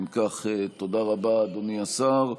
אם כך, תודה רבה, אדוני השר.